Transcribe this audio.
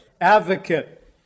advocate